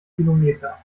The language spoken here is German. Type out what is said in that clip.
kilometer